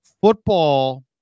Football